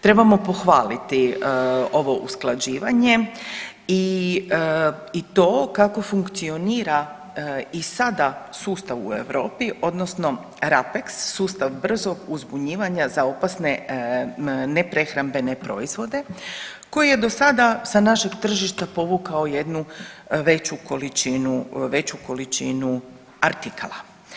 Trebamo pohvaliti ovo usklađivanje i to kako funkcionira i sada sustav u Europi, odnosno RAPEX, sustav brzog uzbunjivanja za opasne neprehrambene proizvode koji je do sada sa našeg tržišta povukao jednu veću količinu artikala.